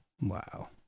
Wow